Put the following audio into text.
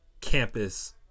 campus